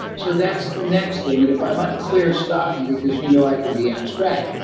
so, that's the next thing. and if i'm unclear, stop me, because you know i can be abstract.